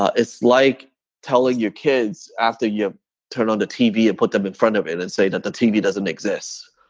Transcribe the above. ah it's like telling your kids after you turn on the tv and put them in front of it and say that the tv doesn't exist.